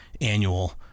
annual